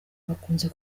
bakunze